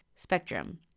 Spectrum